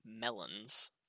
melons